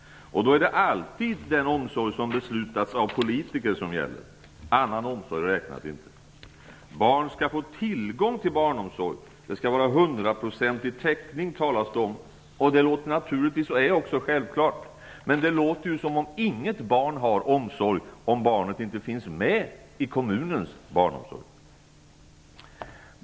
Då är det alltid den omsorg som beslutas av politiker som gäller. Annan omsorg räknas inte. Barn skall ha tillgång till barnomsorg. Det skall vara hundraprocentig täckning - och det är självklart. Men det låter som om inget barn har omsorg om barnet inte finns med i kommunens barnomsorg.